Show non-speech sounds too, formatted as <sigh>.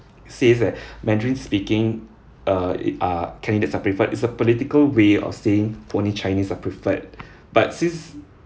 says that <breath> mandarin speaking uh it uh candidates are preferred is a political way of saying only chinese are preferred <breath> but since